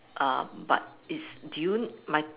uh but it's do you my